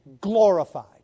glorified